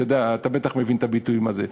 אתה בטח מבין את הביטוי הזה.